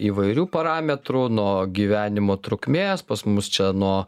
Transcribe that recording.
įvairių parametrų nuo gyvenimo trukmės pas mus čia nuo